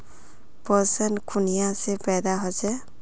पोषण कुनियाँ से पैदा होचे?